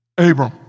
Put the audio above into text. Abram